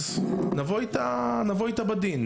אז נבוא איתה בדין.